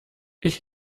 ich